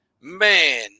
man